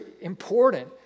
important